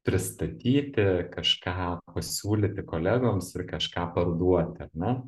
pristatyti kažką pasiūlyti kolegoms ir kažką parduoti ar ne